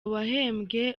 wahembwe